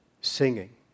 Singing